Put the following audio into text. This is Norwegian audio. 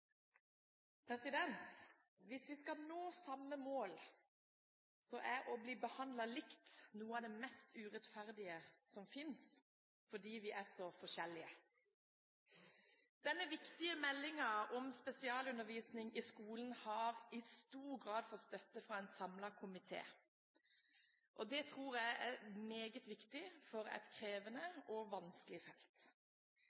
oppfølging. Hvis vi skal nå samme mål, er det å bli behandlet likt noe av det mest urettferdige som fins, fordi vi er så forskjellige. Denne viktige meldingen om spesialundervisning i skolen har i stor grad fått støtte fra en samlet komité. Det tror jeg er meget viktig på et krevende